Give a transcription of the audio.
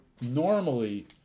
normally